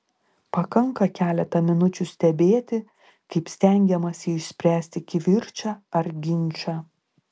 pakanka keletą minučių stebėti kaip stengiamasi išspręsti kivirčą ar ginčą